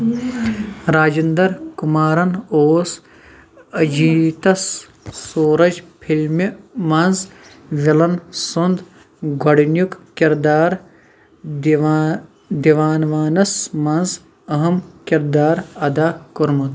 راجنٛدر کمارَن اوس اجیٖتَس سورج فِلمہِ منٛز وِلن سُنٛد گۄڈٕنیُک کِردار دِوان دِوان وانَس منٛز أہم کِردار ادا کوٚرمُت